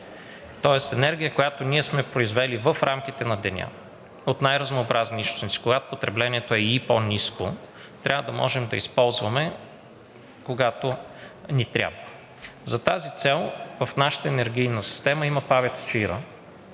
Тоест енергия, която ние сме произвели в рамките на деня от най-разнообразни източници, когато потреблението е и по-ниско, трябва да можем да използваме, когато ни трябва. За тази цел в нашата енергийна система има ПАВЕЦ „Чаира“,